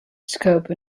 scope